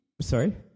sorry